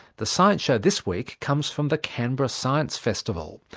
the science show this week comes from the canberra science festival.